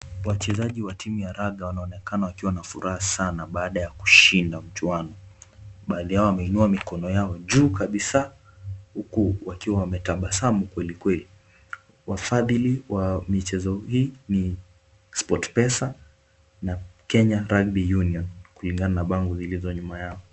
Wachezaji wa timu ya raga wanaonekana wakiwa na furaha sana baada ya kushinda mchuano. Baadhi yao wameinua mikono yao juu kabisa huku wakiwa wametabasamu kwelikweli. Wafadhili wa michezo hii ni Sport Pesa na Kenya Rugby Union kulingana na bango zilizo nyuma yao.